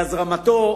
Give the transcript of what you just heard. ולהזרים אותם,